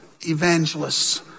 evangelists